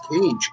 cage